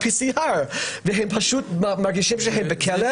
והם פשוט מרגישים שהם בכלא.